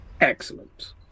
Excellent